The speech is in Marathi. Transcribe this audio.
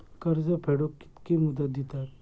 कर्ज फेडूक कित्की मुदत दितात?